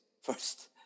first